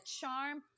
charm